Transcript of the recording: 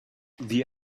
the